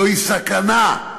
זוהי סכנה.